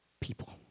People